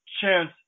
chance